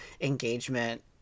engagement